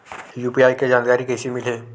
UPI के जानकारी कइसे मिलही?